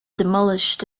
demolished